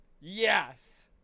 Yes